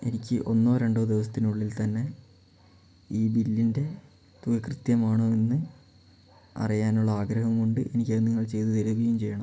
എനിക്ക് ഒന്നോ രണ്ടോ ദിവസത്തിനുള്ളിൽ തന്നെ ഈ ബില്ലിൻ്റെ തുക കൃത്യമാണോ എന്ന് അറിയാനുള്ള ആഗ്രഹം കൊണ്ട് എനിക്കത് നിങ്ങൾ ചെയ്ത് തരികയും ചെയ്യണം